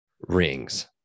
rings